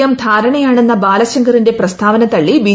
M ധാരണയാണെന്ന ബാലശങ്കറിന്റെ പ്രസ്താവന തള്ളി ബി